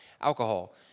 alcohol